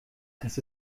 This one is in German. das